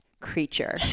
creature